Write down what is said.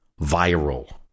viral